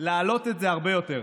להעלות את זה הרבה יותר.